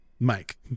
Mike